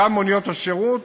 גם מוניות השירות,